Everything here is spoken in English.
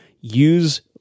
use